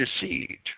deceit